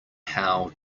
how